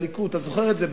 "הליכוד" אתה זוכר את זה,